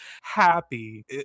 happy